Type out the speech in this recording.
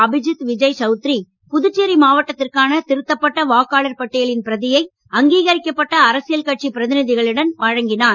அபிஜித் விஜய் சவுத்ரி புதுச்சேரி மாவட்டத்திற்கான திருத்தப்பட்ட வாக்காளர் பட்டியலின் பிரதியை அங்கீகரிக்கப்பட்ட அரசியல் கட்சி பிரதிநிதிகளிடம் வழங்கினார்